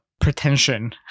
pretension